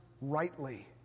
rightly